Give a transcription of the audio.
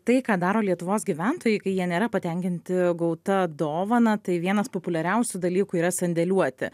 tai ką daro lietuvos gyventojai kai jie nėra patenkinti gauta dovana tai vienas populiariausių dalykų yra sandėliuoti